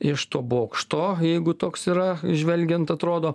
iš to bokšto jeigu toks yra žvelgiant atrodo